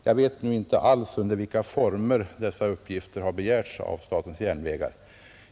Jag vet inte alls under vilka former dessa uppgifter har begärts av statens järnvägar.